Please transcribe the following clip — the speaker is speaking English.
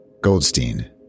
Goldstein